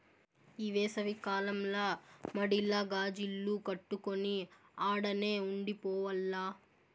ఈ ఏసవి కాలంల మడిల గాజిల్లు కట్టుకొని ఆడనే ఉండి పోవాల్ల